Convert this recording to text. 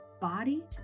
body